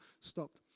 Stopped